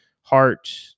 heart